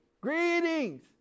greetings